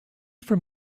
from